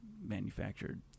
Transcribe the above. manufactured